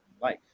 life